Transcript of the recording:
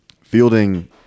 fielding